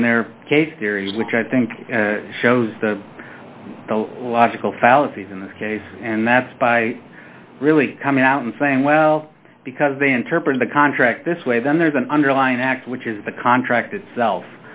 on their theories which i think shows the logical fallacies in this case and that's by really coming out and saying well because they interpret the contract this way then there's an underlying act which is the contract itself